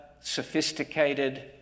sophisticated